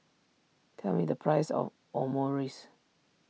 tell me the price of Omurice